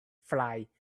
flight